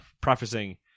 prefacing